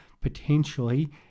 potentially